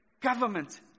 government